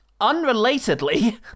Unrelatedly